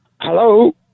Hello